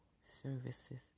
services